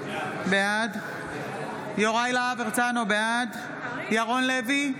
בעד יוראי להב הרצנו, בעד ירון לוי,